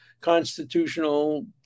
constitutional